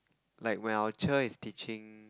like when our cher is teaching